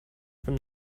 from